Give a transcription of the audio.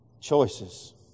Choices